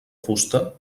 fusta